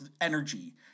energy